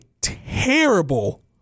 terrible